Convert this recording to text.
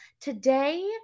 Today